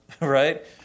right